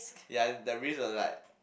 ya the risk was like